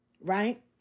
right